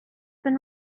been